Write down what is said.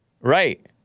Right